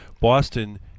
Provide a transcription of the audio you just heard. Boston –